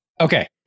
Okay